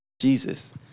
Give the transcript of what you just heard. jesus